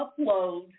upload